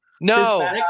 No